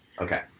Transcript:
Okay